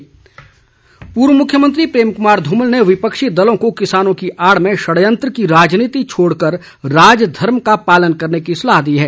धूमल पूर्व मुख्यमंत्री प्रेम कुमार ध्रमल ने विपक्षी दलों को किसानों की आड़ में षड़यंत्र की राजनीति छोड़कर राजधर्म का पालन करने की सलाह दी है